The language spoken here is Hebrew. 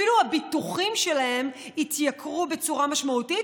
אפילו הביטוחים שלהם התייקרו בצורה משמעותית,